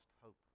hope